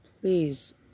please